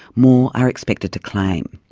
more are expected to claim.